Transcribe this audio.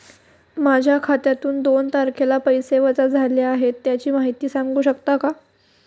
माझ्या खात्यातून दोन तारखेला पैसे वजा झाले आहेत त्याची माहिती सांगू शकता का?